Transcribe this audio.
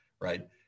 Right